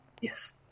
yes